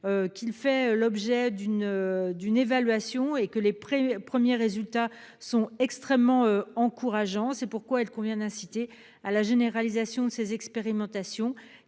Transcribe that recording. y fait l'objet d'une évaluation et les premiers résultats sont extrêmement encourageants. C'est pourquoi il convient d'inciter à la généralisation de ces expérimentations,